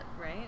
right